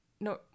no